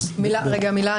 רגע מילה,